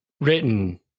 written